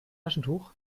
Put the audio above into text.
taschentuch